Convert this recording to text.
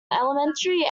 elementary